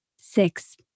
six